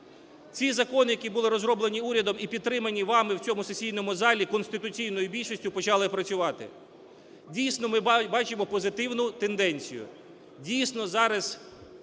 Ці закони, які були розроблені урядом і підтримані вами в цьому сесійному залі конституційною більшістю, почали працювати. Дійсно, ми бачимо позитивну тенденцію. Дійсно, зараз